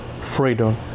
freedom